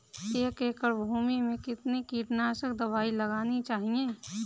एक एकड़ भूमि में कितनी कीटनाशक दबाई लगानी चाहिए?